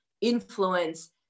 influence